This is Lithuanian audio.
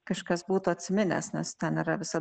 kažkas būtų atsiminęs nes ten yra visa